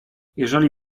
jeżeli